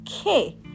Okay